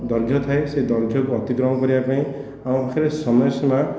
ଦୈର୍ଘ୍ୟ ଥାଏ ସେ ଦୈର୍ଘ୍ୟକୁ ଅତିକ୍ରମ କରିବାପାଇଁ ଆମ ପାଖରେ ସମୟସୀମା